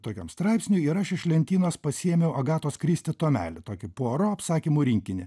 tokiam straipsniui ir aš iš lentynos pasiėmiau agatos kristi tomelį tokį pora apsakymų rinkinį